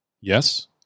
Yes